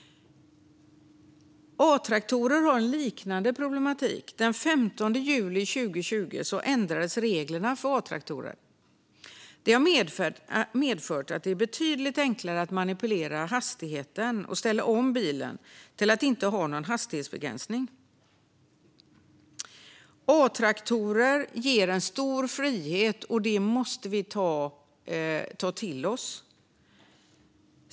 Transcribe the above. Det är liknande problem för A-traktorer. Den 15 juli 2020 ändrades reglerna för A-traktorer. Det har medfört att det är betydligt enklare att manipulera hastigheten och ställa om bilen till att inte ha någon hastighetsbegränsning. A-traktorer ger stor frihet, och det måste vi ta till oss.